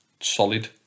solid